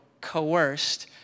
coerced